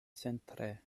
centre